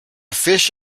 fish